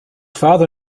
father